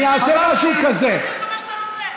תעשה מה שאתה רוצה.